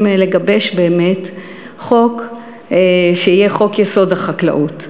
לגבש באמת חוק שיהיה חוק-יסוד: החקלאות,